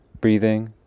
breathing